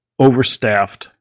overstaffed